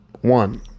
One